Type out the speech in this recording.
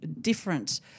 different